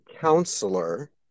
counselor